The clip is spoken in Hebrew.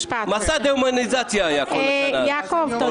מסע דה-הומניזציה היה כל השנה הזו באולפנים.